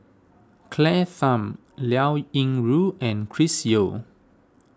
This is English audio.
Claire Tham Liao Yingru and Chris Yeo